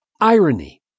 irony